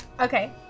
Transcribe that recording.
Okay